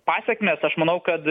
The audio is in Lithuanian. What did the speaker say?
pasekmes aš manau kad